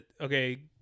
okay